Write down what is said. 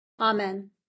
Amen